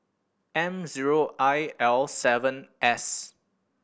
M zero I L seven S